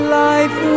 life